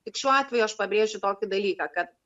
tik šiuo atveju aš pabrėžiu tokį dalyką kad